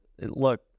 look